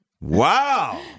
wow